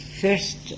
First